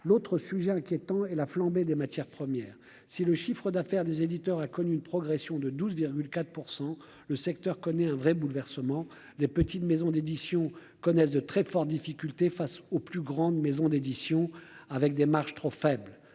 l'autre sujet inquiétant et la flambée des matières premières, si le chiffre d'affaires des éditeurs a connu une progression de 12,4 % le secteur connaît un vrai bouleversement des petites maisons d'édition connaissent de très fortes difficultés face aux plus grandes maisons d'édition avec des marges trop faibles